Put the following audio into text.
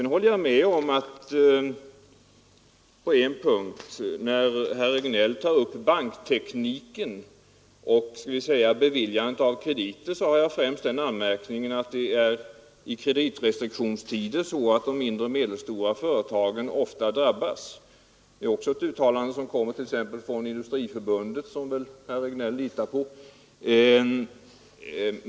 När herr Regnéll tar upp banktekniken och beviljandet av krediter har jag främst den anmärkningen mot storbankerna att de i kreditrestriktionstider ofta stryper krediterna för de små och medelstora företagen. Det är ett uttalande som kommer också från Industriförbundet, som herr Regnéll här litar på.